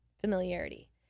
familiarity